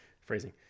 phrasing